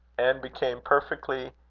and became perfectly